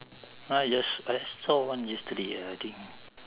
!huh! just I saw one yesterday I think